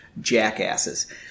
jackasses